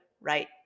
right